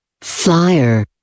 Flyer